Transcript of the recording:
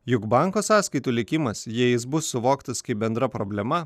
juk banko sąskaitų likimas jei jis bus suvoktas kaip bendra problema